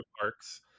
Parks